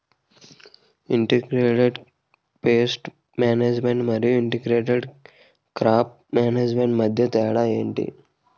integrated pest management మరియు integrated crop management మధ్య తేడా ఏంటి